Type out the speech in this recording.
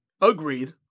agreed